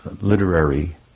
literary